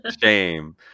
shame